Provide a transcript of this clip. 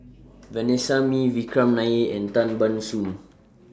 Vanessa Mae Vikram Nair and Tan Ban Soon